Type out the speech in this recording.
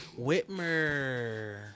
Whitmer